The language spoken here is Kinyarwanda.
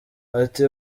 ati